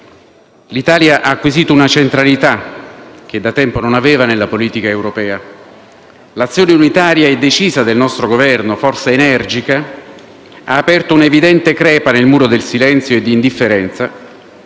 L'Italia ha acquisito una centralità che da tempo non aveva nella politica europea. L'azione unitaria e decisa del nostro Governo e, forse, energica ha aperto un'evidente crepa nel muro di silenzio e di indifferenza